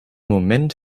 moment